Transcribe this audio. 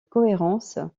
cohérence